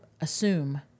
assume